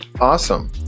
Awesome